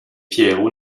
pierrot